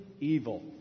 evil